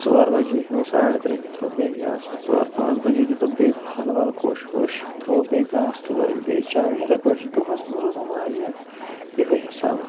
ژور بَجے ہیوٗ ساڈٕ ترٛےٚ ہیوٗ ترٛاوو بیٚیہِ گاسہٕ ژور پانٛژھ بجے دِتُکھ بیٚیہِ پھَل وَل کوٚش ووٚش ترٛووُکھ بیٚیہِ گاسہٕ تہٕ لٲگۍ بیٚیہِ چاونہِ اِتھے پٲٹھۍ چھُ دۄہَس مَنٛز روزان واریاہ یِہے حِسابا